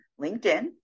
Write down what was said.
LinkedIn